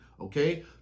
okay